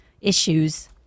issues